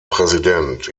präsident